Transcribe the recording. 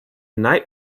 night